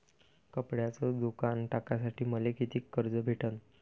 कपड्याचं दुकान टाकासाठी मले कितीक कर्ज भेटन?